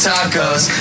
Tacos